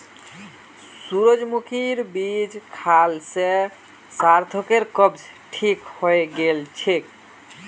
सूरजमुखीर बीज खाल से सार्थकेर कब्ज ठीक हइ गेल छेक